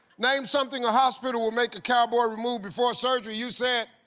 name something a hospital would make a cowboy remove before surgery. you said.